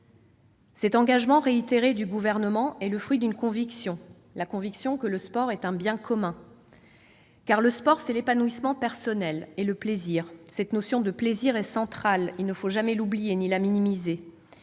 Cet engagement réitéré du Gouvernement est le fruit d'une conviction : le sport est un bien commun. Le sport, c'est l'épanouissement personnel et le plaisir. Cette notion de plaisir est centrale, il ne faut jamais l'oublier ni la minimiser.